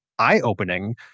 Eye-opening